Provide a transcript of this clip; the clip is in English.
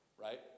Right